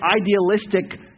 idealistic